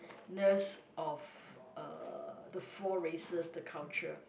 ~ness of uh the four races the culture